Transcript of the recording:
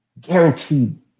guaranteed